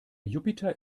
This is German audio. jupiter